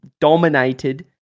dominated